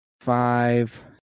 five